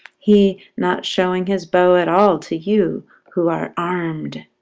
he not showing his bow at all to you who are armed.